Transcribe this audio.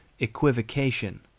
Equivocation